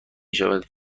شود